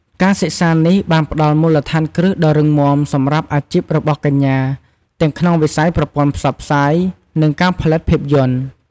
ការសិក្សានេះបានផ្តល់មូលដ្ឋានគ្រឹះដ៏រឹងមាំសម្រាប់អាជីពរបស់កញ្ញាទាំងក្នុងវិស័យប្រព័ន្ធផ្សព្វផ្សាយ និងការផលិតភាពយន្ត។